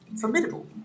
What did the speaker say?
formidable